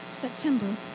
September